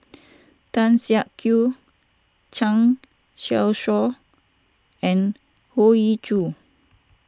Tan Siak Kew Zhang Youshuo and Hoey Choo